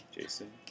Jason